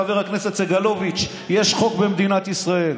חבר הכנסת סגלוביץ': יש חוק במדינת ישראל.